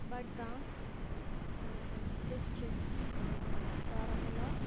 بَڈٕ گام ڈِسٹِرٛکٹ بارہمولہ